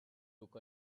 took